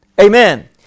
Amen